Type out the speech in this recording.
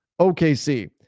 OKC